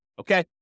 Okay